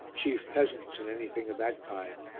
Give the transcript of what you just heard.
chief peasants and anything of that kind,